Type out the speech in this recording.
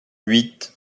huit